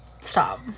Stop